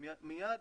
הם מיד